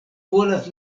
volas